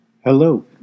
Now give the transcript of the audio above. Hello